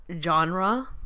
genre